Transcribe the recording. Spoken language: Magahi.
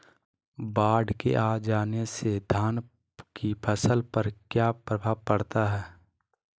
बाढ़ के आ जाने से धान की फसल पर किया प्रभाव पड़ता है?